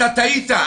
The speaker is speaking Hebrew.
אתה טעית,